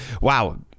Wow